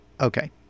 okay